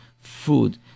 food